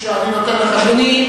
אדוני,